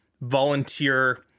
volunteer